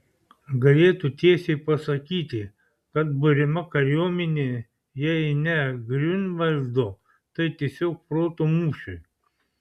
galėtų tiesiai pasakyti kad buriama kariuomenė jei ne griunvaldo tai tiesiog proto mūšiui